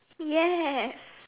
yes